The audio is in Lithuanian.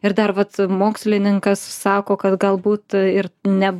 ir dar vat mokslininkas sako kad galbūt ir ne